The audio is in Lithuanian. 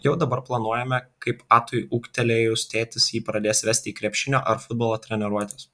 jau dabar planuojame kaip atui ūgtelėjus tėtis jį pradės vesti į krepšinio ar futbolo treniruotes